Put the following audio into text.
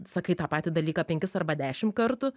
sakai tą patį dalyką penkis arba dešim kartų